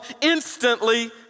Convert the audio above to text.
instantly